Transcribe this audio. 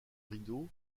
rideau